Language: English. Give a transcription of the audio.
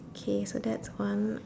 okay so that's one